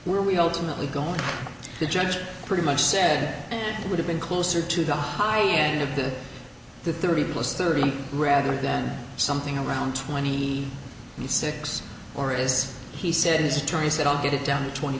were we ultimately going to judge pretty much said it would have been closer to the high end of the thirty plus thirty rather than something around twenty six or is he said his attorney said i'll get it down to twenty